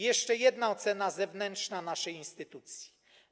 Jeszcze jedna ocena zewnętrzna naszej instytucji.